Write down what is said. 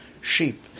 sheep